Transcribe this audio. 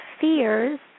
fears